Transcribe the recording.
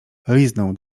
liznął